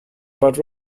about